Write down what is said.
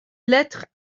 lettres